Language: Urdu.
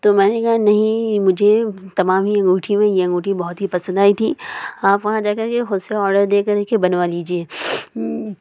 تو میں نے کہا نہیں مجھے تمام ہی انگوٹھی میں یہ انگوٹھی بہت ہی پسند آئی تھی آپ وہاں جا کر کے خود سے آڈر دے کر کے بنوا لیجیے